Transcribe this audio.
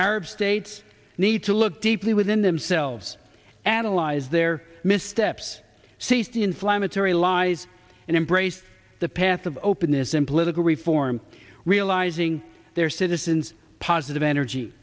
arab states need to look deeply within themselves analyze their missteps seized inflammatory lies and embrace the path of openness and political reform realizing their citizens positive energy